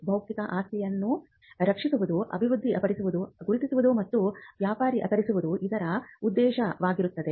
ಬೌದ್ಧಿಕ ಆಸ್ತಿಯನ್ನು ರಕ್ಷಿಸುವುದು ಅಭಿವೃದ್ಧಿಪಡಿಸುವುದು ಗುರುತಿಸುವುದು ಮತ್ತು ವ್ಯಾಪಾರೀಕರಿಸುವುದು ಇದರ ಉದ್ದೇಶವಾಗಿದೆ